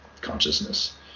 consciousness